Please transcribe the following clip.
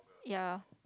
ya